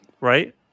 right